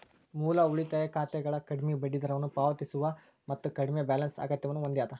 ಮೂಲ ಉಳಿತಾಯ ಖಾತೆಗಳ ಕಡ್ಮಿ ಬಡ್ಡಿದರವನ್ನ ಪಾವತಿಸ್ತವ ಮತ್ತ ಕಡ್ಮಿ ಬ್ಯಾಲೆನ್ಸ್ ಅಗತ್ಯವನ್ನ ಹೊಂದ್ಯದ